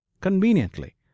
conveniently